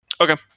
Okay